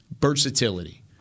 versatility